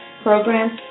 programs